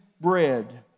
bread